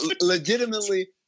Legitimately